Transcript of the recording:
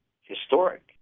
historic